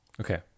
Okay